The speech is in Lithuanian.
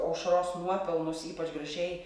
aušros nuopelnus ypač gražiai